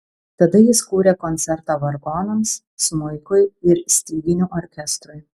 tada jis kūrė koncertą vargonams smuikui ir styginių orkestrui